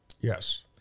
Yes